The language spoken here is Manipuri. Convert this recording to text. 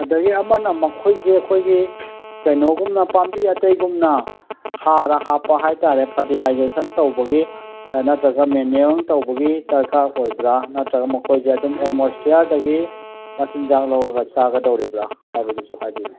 ꯑꯗꯒꯤ ꯑꯃꯅ ꯃꯈꯣꯏꯁꯦ ꯑꯩꯈꯣꯏꯒꯤ ꯀꯩꯅꯣꯒꯨꯝꯅ ꯄꯥꯝꯕꯤ ꯑꯇꯩꯒꯨꯝꯅ ꯍꯥꯔ ꯍꯥꯞꯄ ꯍꯥꯏꯇꯥꯔꯦ ꯐꯔꯇꯤꯂꯥꯏꯖꯦꯁꯟ ꯇꯧꯕꯒꯤ ꯅꯠꯇ꯭ꯔꯒ ꯃꯦꯅꯨꯋꯦꯜ ꯇꯧꯕꯒꯤ ꯗꯔꯀꯥꯔ ꯑꯣꯏꯕ꯭ꯔꯥ ꯅꯠꯇ꯭ꯔꯒ ꯃꯈꯣꯏꯁꯦ ꯑꯗꯨꯝ ꯑꯦꯠꯃꯣꯏꯐꯤꯌꯔꯗꯒꯤ ꯃꯆꯤꯟꯖꯥꯛ ꯂꯧꯔꯒ ꯆꯥꯒꯗꯧꯔꯤꯕ꯭ꯔꯥ ꯍꯥꯏꯕꯗꯨꯁꯨ ꯍꯥꯏꯕꯤꯌꯨ